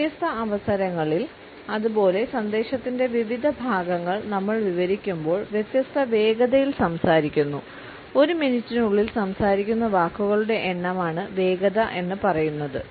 വ്യത്യസ്ത അവസരങ്ങളിൽഅതുപോലെ സന്ദേശത്തിന്റെ വിവിധ ഭാഗങ്ങൾ നമ്മൾ വിവരിക്കുമ്പോൾ വ്യത്യസ്ത വേഗതയിൽ സംസാരിക്കുന്നു ഒരു മിനിറ്റിനുള്ളിൽ സംസാരിക്കുന്ന വാക്കുകളുടെ എണ്ണമാണ് വേഗത എന്നു പറയുന്നത്